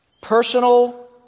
Personal